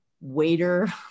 waiter